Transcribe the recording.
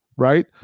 right